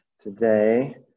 today